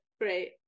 great